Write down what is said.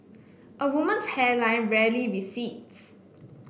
a woman's hairline rarely recedes